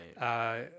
Right